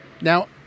Now